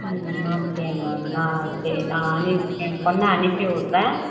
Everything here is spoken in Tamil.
ம் ஓகே மேம் நான் சரி நான் அனுப் ஏன் பொண்ணை அனுப்பிவிட்றேன்